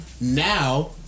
Now